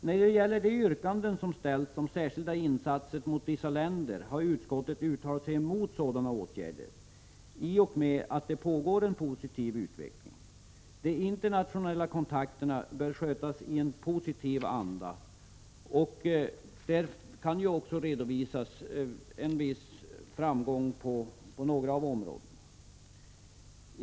När det gäller de yrkanden som ställs om särskilda insatser mot vissa länder vill jag säga att utskottet har uttalat sig emot sådana åtgärder på grund av att det pågår en positiv utveckling. De internationella kontakterna bör skötas i en positiv anda. Det kan också redovisas en viss framgång på några av områdena.